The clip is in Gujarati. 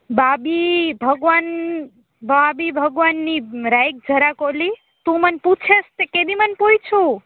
બાબી ભગવાન ભાભી ભગવાનની રાઇખ જરા કોઢલી તું મન પૂછસ કેદી મને પૂઈછયું